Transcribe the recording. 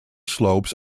slopes